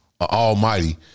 almighty